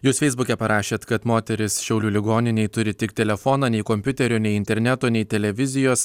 jūs feisbuke parašėt kad moteris šiaulių ligoninėj turi tik telefoną nei kompiuterio nei interneto nei televizijos